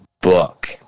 book